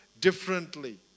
differently